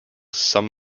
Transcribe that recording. some